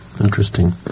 Interesting